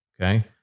Okay